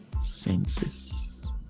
senses